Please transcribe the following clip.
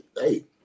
hey